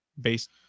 based